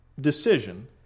decision